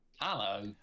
Hello